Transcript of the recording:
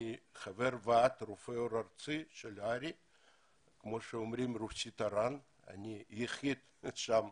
אני חבר ועד רופאי עור ארצי של הר"י ואני העולה היחיד שם.